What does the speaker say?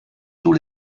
sous